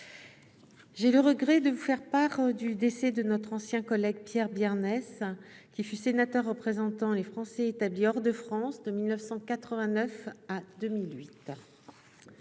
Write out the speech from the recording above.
J'ai le regret de vous faire part du décès de notre ancien collègue Pierre Biarnès, qui fut sénateur représentant les Français établis hors de France de 1989 à 2008.